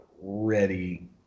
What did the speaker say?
ready